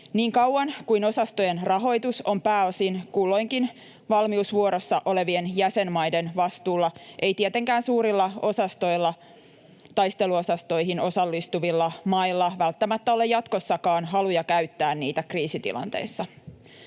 Niin kauan kuin osastojen rahoitus on pääosin kulloinkin valmiusvuorossa olevien jäsenmaiden vastuulla, ei tietenkään suurilla osastoilla taisteluosastoihin osallistuvilla mailla välttämättä ole jatkossakaan haluja käyttää niitä kriisitilanteissa.